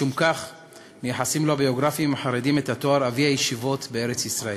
משום כך מייחסים לו הביוגרפים החרדים את התואר: אבי הישיבות בארץ-ישראל.